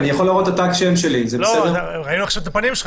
אני אומר שמגבלות הקורונה מקשות גם הליכים רבים בתחום החקירה של המשטרה,